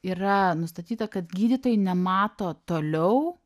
yra nustatyta kad gydytojai nemato toliau